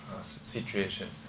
situation